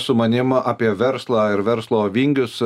su manimi apie verslą ir verslo vingius